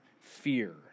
fear